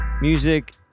music